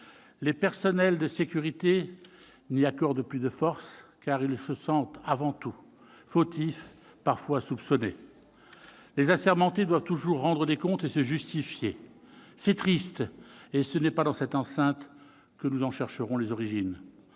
Les personnels de sécurité n'y accordent plus de force, car ils se sentent avant tout fautifs, parfois soupçonnés. Les assermentés doivent toujours rendre des comptes et se justifier. C'est triste et ce n'est pas dans cette enceinte que nous en chercherons les origines.